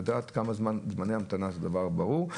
לדעת כמה זמני ההמתנה זה דבר ברור,